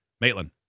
Maitland